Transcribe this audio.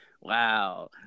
wow